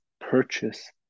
purchase